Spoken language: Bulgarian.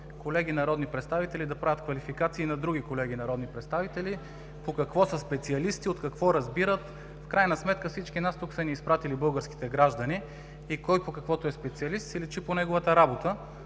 колеги народни представители да правят квалификации на други колеги народни представители по какво са специалисти, от какво разбират. В крайна сметка всички нас тук са ни изпратили българските граждани и кой по каквото е специалист си личи по неговата работа,